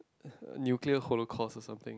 you get holocaust or something